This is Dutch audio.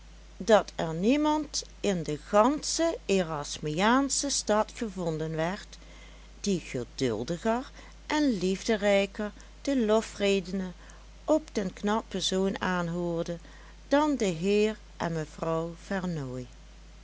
dat er niemand in de gansche erasmiaansche stad gevonden werd die geduldiger en liefderijker de lofredenen op den knappen zoon aanhoorde dan de heer en mevrouw